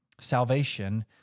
salvation